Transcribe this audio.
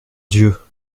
dieu